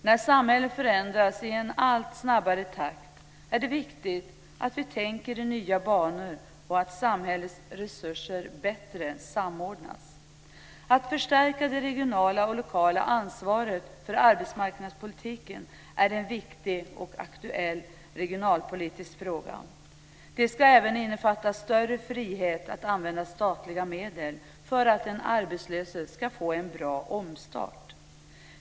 När samhället förändras i en allt snabbare takt är det viktigt att vi tänker i nya banor och att samhällets resurser samordnas bättre. Att förstärka det regionala och lokala ansvaret för arbetsmarknadspolitiken är en viktig och aktuell regionalpolitisk fråga. Det ska även innefatta större frihet att använda statliga medel för att den arbetslöse ska få en bra omstart.